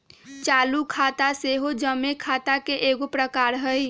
चालू खता सेहो जमें खता के एगो प्रकार हइ